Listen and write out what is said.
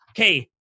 okay